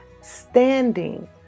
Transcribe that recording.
standing